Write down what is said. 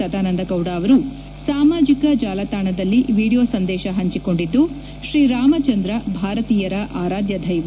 ಸದಾನಂದ ಗೌಡ ಅವರು ಸಾಮಾಜಿಕ ಜಾಲತಾಣದಲ್ಲಿ ವಿಡಿಯೋ ಸಂದೇಶ ಹಂಚಿಕೊಂಡಿದ್ದು ಶ್ರೀರಾಮಚಂದ್ರ ಭಾರತೀಯರ ಆರಾಧ್ಯ ದೈವ